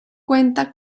cuenta